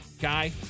guy